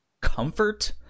comfort